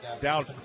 down